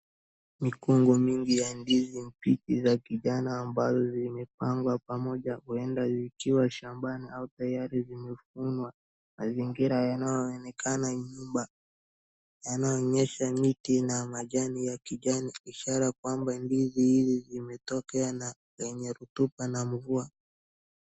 Mikungu mingi ya ndizi mbichi za kijani zimepangwa pamoja huenda zikiwa shambani au tayari zimevunwa. Mazingira yanayoonekana nyuma yanaonyesha miti na majani ya kijani ishaara kwamba ndizi hizi zimetokea na yenye rotuba na mvua.